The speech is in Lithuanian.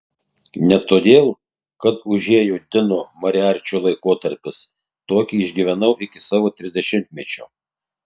ne todėl kad užėjo dino moriarčio laikotarpis tokį išgyvenau iki savo trisdešimtmečio